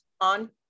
on